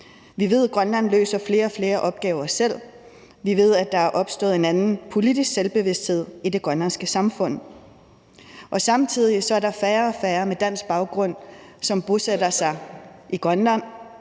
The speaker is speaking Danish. Vi ved, at Grønland løser flere og flere opgaver selv. Vi ved, at der er opstået en anden politisk selvbevidsthed i det grønlandske samfund. Samtidig er der færre og færre med dansk baggrund, som bosætter sig i Grønland,